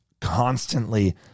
constantly